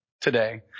today